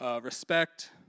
respect